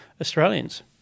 australians